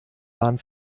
bahn